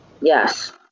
Yes